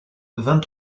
vingt